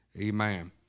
Amen